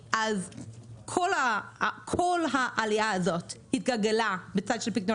כל העלייה הזאת התגלגלה בצד של פיקדונות